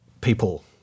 people